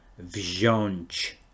wziąć